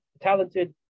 talented